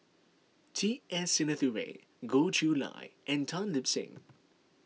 T S Sinnathuray Goh Chiew Lye and Tan Lip Seng